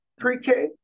pre-K